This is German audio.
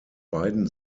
beiden